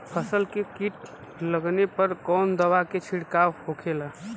फसल में कीट लगने पर कौन दवा के छिड़काव होखेला?